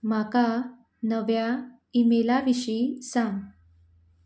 म्हाका नव्या ईमेला विशीं सांग